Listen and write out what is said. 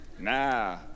Nah